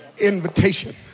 invitation